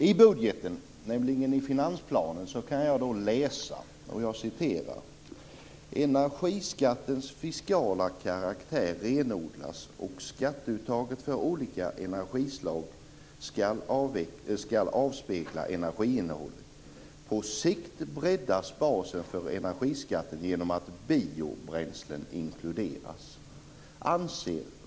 I budgeten, i finansplanen, kan jag läsa: Energiskattens fiskala karaktär renodlas och skatteuttaget för olika energislag ska avspegla energiinnehållet. På sikt breddas basen för energiskatten genom att biobränslen inkluderas.